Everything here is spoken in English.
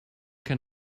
can